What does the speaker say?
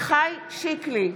עמיחי שיקלי,